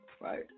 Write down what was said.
Right